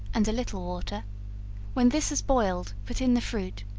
and a little water when this has boiled, put in the fruit,